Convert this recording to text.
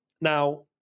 Now